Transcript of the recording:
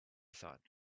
thought